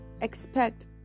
expect